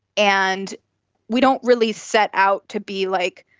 and we don't really set out to be, like,